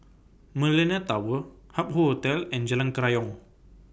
Millenia Tower Hup Hoe Hotel and Jalan Kerayong